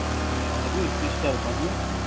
ए हजुर सिस्टर भन्नुहोस् न